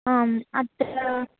आम् अत्र